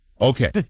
Okay